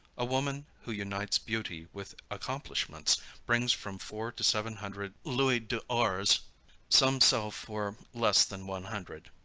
a woman who unites beauty with accomplishments brings from four to seven hundred louis d'ors some sell for less than one hundred.